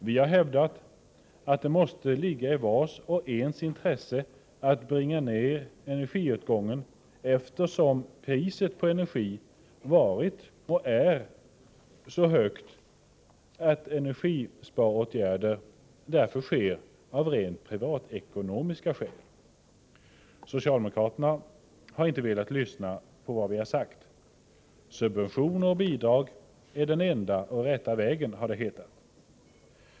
Vi har hävdat att det måste ligga i vars och ens intresse att bringa ned energiåtgången, eftersom priset på energi varit och är så högt att energisparåtgärder sker av rent privatekonomiska skäl. Socialdemokraterna har inte velat lyssna på vad vi har sagt. Subventioner och bidrag är den enda riktiga vägen, har det hetat.